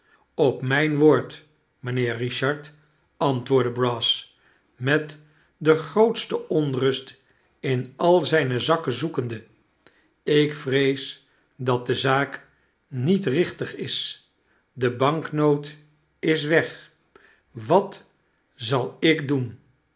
op myn woord mynheer richard antwoordde brass met de grootste onrust in al zijne zakken zoekende ik vrees dat de zaak niet richtig is de banknoot is weg wat zal ik doen